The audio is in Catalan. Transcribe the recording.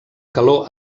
calor